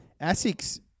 ASICs